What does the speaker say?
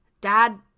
dad